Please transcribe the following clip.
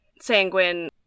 sanguine